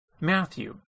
Matthew